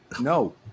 no